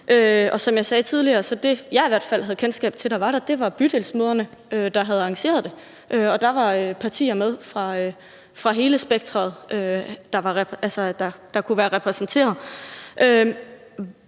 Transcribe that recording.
Som jeg sagde tidligere, var det, som jeg i hvert fald havde kendskab til, det, som Bydelsmødrene havde arrangeret, og der var partier med fra hele spektret, der kunne være repræsenteret.